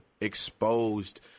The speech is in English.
exposed